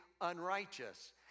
unrighteous